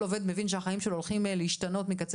כל עובד מבין שהחיים שלו הולכים להשתנות מקצה